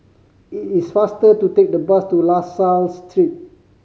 it is faster to take the bus to La Salle Street